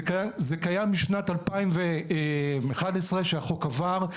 זה קיים משנת 2011 כשהחוק עבר.